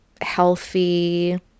healthy